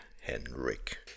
Henrik